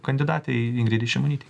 kandidatei ingridai šimonytei